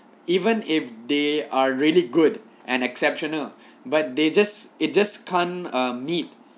even if they are really good and exceptional but they just it just can't uh meet